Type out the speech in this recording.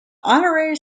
honorary